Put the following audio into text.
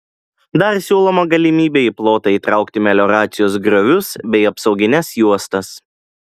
dar siūloma galimybė į plotą įtraukti melioracijos griovius bei apsaugines juostas